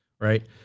right